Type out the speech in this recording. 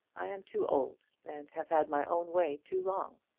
i am too old, and have had my own way too long.